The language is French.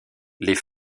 les